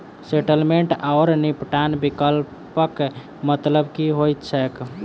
Settlement आओर निपटान विकल्पक मतलब की होइत छैक?